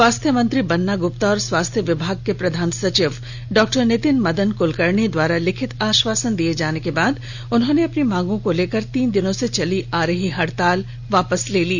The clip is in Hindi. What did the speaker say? स्वास्थ्य मंत्री बन्ना गुप्ता और स्वास्थ्य विभाग के प्रधान सचिव डॉ नितिन मदन कुलकर्णी द्वारा लिखित आश्वासन दिए जाने के बाद उन्होंने अपनी मांगों को लेकर तीन दिनों से चली आ रही हड़ताल वापस ले ली